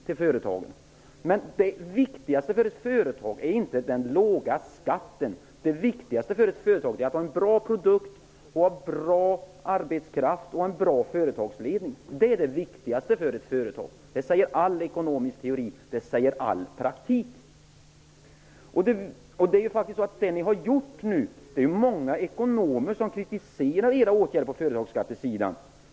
Men det viktigaste för ett företag är inte en låg skatt utan att ha en god produkt, bra arbetskraft och en duktig företagsledning. Att det är det viktiga för ett företag bekräftas av all ekonomisk teori och av all praktik. Det är nu många ekonomer som kritiserar era åtgärder på företagsskattesidan.